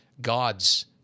God's